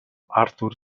arthur